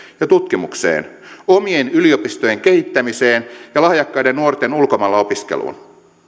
ja tutkimukseen omien yliopistojen kehittämiseen ja lahjakkaiden nuorten ulkomailla opiskeluun